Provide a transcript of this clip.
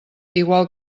igual